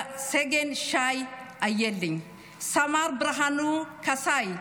סגן שי איילי, סמ"ר ברהנו קאסיה,